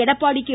Edappadi K